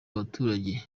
abaturage